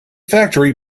factory